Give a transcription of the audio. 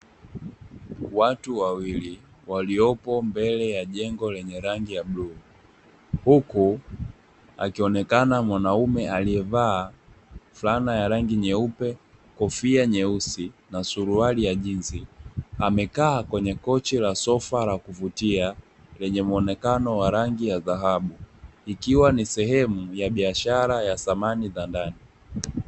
Watu wawili waliopo mbele ya jengo lenye rangi ya blue huku akionekana mwanaume aliyevaa flana ya rangi nyeupe kofia nyeusi na suruale ya jinsi, amekaa kwenye kochi la sofa la kuvutia lenyemuonekano wa rangi ya dhahabu ikiwa nisehemu ya biashara ya dhamani za ndani.